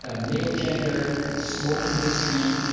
ah male gender, smoking history,